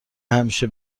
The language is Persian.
همیشه